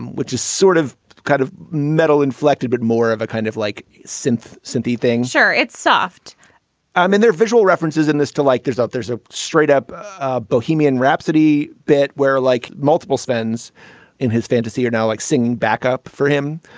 which is sort of kind of metal inflected, a bit more of a kind of like synth synthy thing sure, it's soft i mean there are visual references in this to like there's not there's a straight-up ah bohemian rhapsody bit where like multiple spends in his fantasy or now like singing backup for him.